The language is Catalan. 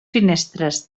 finestres